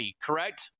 correct